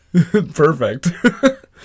Perfect